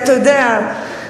אתה יודע,